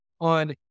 on